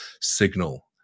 Signal